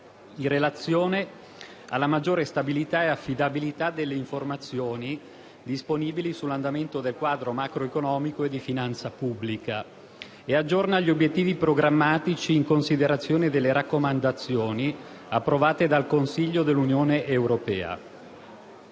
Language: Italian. in relazione alla maggiore stabilità e affidabilità delle informazioni disponibili sull'andamento del quadro macroeconomico e di finanza pubblica, e aggiorna gli obiettivi programmatici in considerazione delle raccomandazioni approvate dal Consiglio dell'Unione europea.